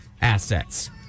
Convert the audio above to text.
assets